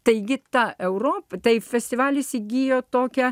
taigi ta europa taip festivalis įgijo tokią